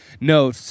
no